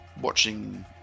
watching